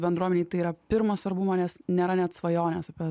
bendruomenei tai yra pirmo svarbumo nes nėra net svajonės apie